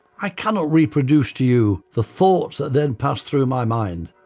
i cannot reproduce to you the thoughts that then passed through my mind.